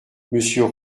monsieur